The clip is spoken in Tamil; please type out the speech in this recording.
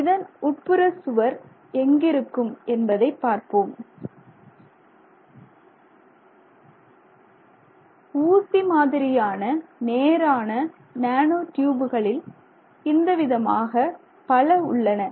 இதன் உட்புற சுவர் எங்கிருக்கும் என்பதை பார்ப்போம் ஊசி மாதிரியான நேரான நானோ டியூபுகளில் இந்த விதமாக பல உள்ளன